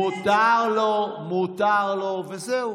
מותר לו, מותר לו, וזהו.